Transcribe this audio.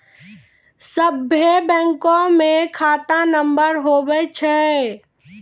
सभे बैंकमे खाता नम्बर हुवै छै